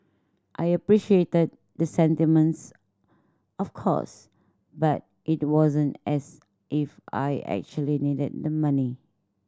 I appreciated the sentiment of course but it wasn't as if I actually needed the money